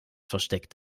versteckt